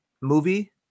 movie